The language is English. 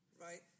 right